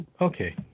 Okay